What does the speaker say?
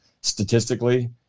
statistically